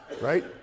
Right